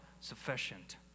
sufficient